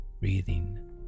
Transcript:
breathing